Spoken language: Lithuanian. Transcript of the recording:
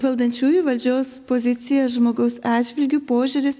valdančiųjų valdžios pozicija žmogaus atžvilgiu požiūris